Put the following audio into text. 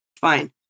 Fine